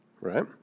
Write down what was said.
right